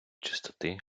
чистоти